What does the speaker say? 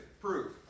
proof